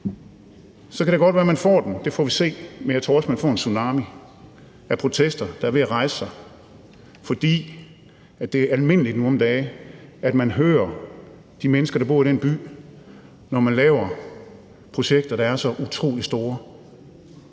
kan det godt være, at man får den – det får vi se – men jeg tror også, at man får en tsunami af protester, der er ved at rejse sig, fordi det er almindeligt nu om dage, at man hører de mennesker, der bor i den by, når man laver projekter, der er så utrolig store